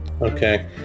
okay